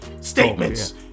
statements